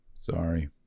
Sorry